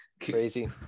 Crazy